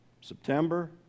September